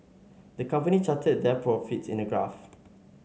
the company charted their profits in a graph